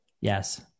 Yes